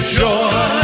joy